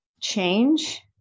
change